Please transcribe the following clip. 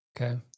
Okay